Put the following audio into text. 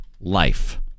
life